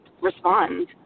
respond